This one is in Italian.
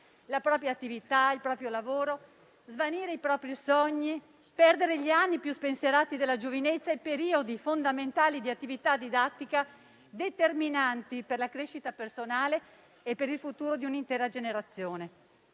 la propria attività, il proprio lavoro; svanire i propri sogni; perdere gli anni più spensierati della giovinezza e i periodi fondamentali di attività didattica, determinanti per la crescita personale e per il futuro di un'intera generazione.